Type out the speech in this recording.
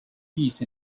peace